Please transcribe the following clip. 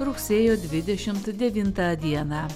rugsėjo dvidešim devintą dieną